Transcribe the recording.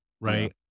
Right